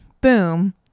boom